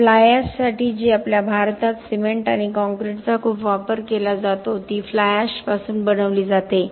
fly एशसाठी जी आपल्या भारतात सिमेंट आणि कॉंक्रिटचा खूप वापर केला जातो ती फ्लाय एशपासून बनविली जाते